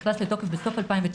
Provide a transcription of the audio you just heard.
נכנס לתוקף בסוף 2019,